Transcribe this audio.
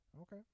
Okay